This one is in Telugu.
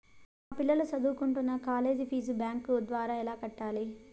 మా పిల్లలు సదువుకుంటున్న కాలేజీ ఫీజు బ్యాంకు ద్వారా ఎలా కట్టాలి?